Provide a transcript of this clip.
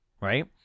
Right